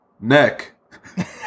neck